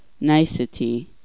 nicety